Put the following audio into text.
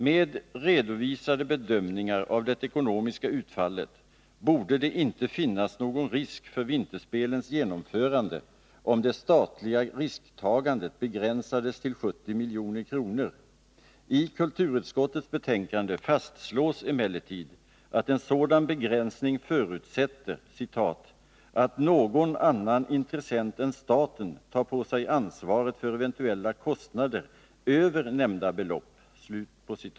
Med redovisade bedömningar av det ekonomiska utfallet borde det inte finnas någon risk för vinterspelens genomförande om det statliga risktagandet begränsades till 70 milj.kr. I kulturutskottets betänkande fastslås emellertid att en sådan begränsning förutsätter ”att någon annan intressent än staten tar på sig ansvaret för eventuella kostnader över nämnda belopp”.